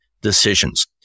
decisions